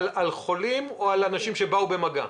חולים או על אנשים שבאו במגע?